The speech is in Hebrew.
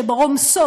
שרומסות,